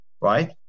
right